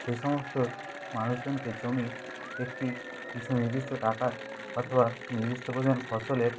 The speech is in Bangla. সেই সমস্ত মানুষজনকে জমি একটি কিছু নির্দিষ্ট টাকার অথবা নির্দিষ্ট পরিমাণ ফসলের